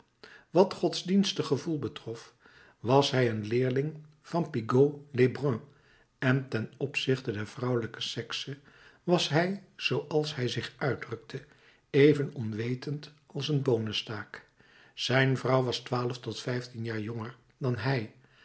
wat godsdienstig gevoel betrof was hij een leerling van pigault lebrun en ten opzichte der vrouwelijke sekse was hij zooals hij zich uitdrukte even onwetend als een boonestaak zijn vrouw was twaalf of vijftien jaar jonger dan hij